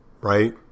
right